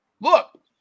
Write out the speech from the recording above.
look